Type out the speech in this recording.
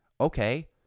Okay